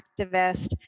activist